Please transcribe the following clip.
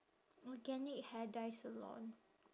organic hair dye salon